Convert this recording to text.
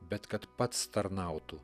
bet kad pats tarnautų